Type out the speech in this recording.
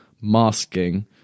masking